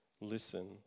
listen